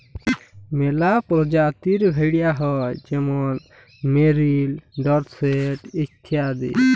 ম্যালা পরজাতির ভেড়া হ্যয় যেরকম মেরিল, ডরসেট ইত্যাদি